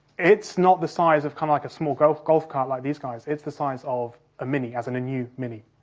it's not the size of kind of like a small golf golf cart like these guys, it's the size of a mini, as in a new mini,